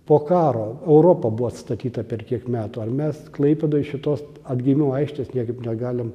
po karo europa buvo atstatyta per kiek metų ar mes klaipėdoj šitos atgimimo aikštės niekaip negalim